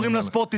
אומרים לספורט,